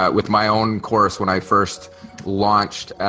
ah with my own course when i first launched,